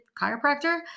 chiropractor